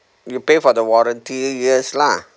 you pay for the warranty years lah